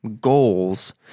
goals